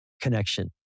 connection